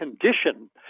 condition